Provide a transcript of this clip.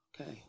okay